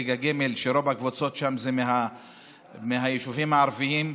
ליגה ג' ורוב הקבוצות שם זה מהיישובים הערביים.